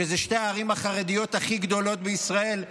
שהן שתי הערים החרדיות הכי גדולות בישראל,